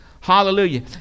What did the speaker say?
Hallelujah